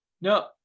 No